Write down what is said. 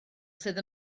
sydd